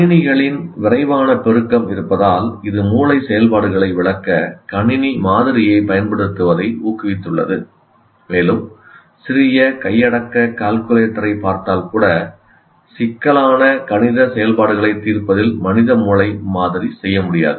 கணினிகளின் விரைவான பெருக்கம் இருப்பதால் இது மூளை செயல்பாடுகளை விளக்க கணினி மாதிரியைப் பயன்படுத்துவதை ஊக்குவித்துள்ளது மேலும் சிறிய கையடக்கக் கால்குலேட்டரைக் பார்த்தால் கூட சிக்கலான கணித செயல்பாடுகளைத் தீர்ப்பதில் மனித மூளை மாதிரி செய்ய முடியாது